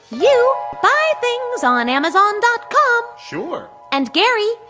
you buy things on amazon dot com. sure. and gary,